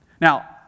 now